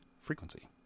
Frequency